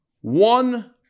one